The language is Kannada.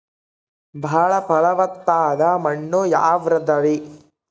ಬಾಳ ಫಲವತ್ತಾದ ಮಣ್ಣು ಯಾವುದರಿ?